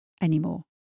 anymore